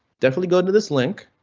definitely go to this link.